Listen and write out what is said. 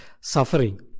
suffering